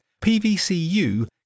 PVCU